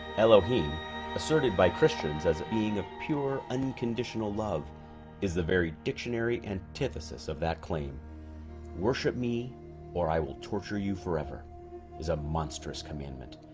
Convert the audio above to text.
elohim asserted by christians as being of pure unconditional love is the very dictionary antithesis of that claim worship me or i will torture you forever is a monstrous commandment,